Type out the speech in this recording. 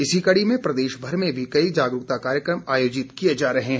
इसी कड़ी में प्रदेशभर में भी कई जागरूकता कार्यक्रम आयोजित किए जा रहे हैं